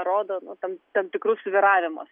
rodo nu tam tam tikrus svyravimus